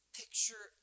picture